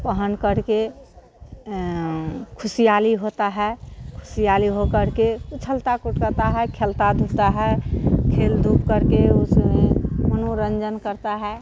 पहनकर के ख़ुशहाली होती है ख़ुशहाल होकर के उछलते कूदते हैं खेलते धूपते हैं खेल धूप करके उसमें मनोरंजन करता है